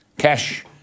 Cash